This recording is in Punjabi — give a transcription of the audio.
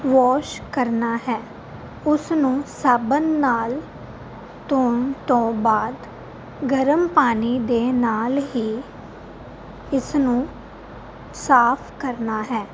ਵਾਸ਼ ਕਰਨਾ ਹੈ ਉਸ ਨੂੰ ਸਾਬਣ ਨਾਲ ਧੋਣ ਤੋਂ ਬਾਅਦ ਗਰਮ ਪਾਣੀ ਦੇ ਨਾਲ ਹੀ ਇਸ ਨੂੰ ਸਾਫ਼ ਕਰਨਾ ਹੈ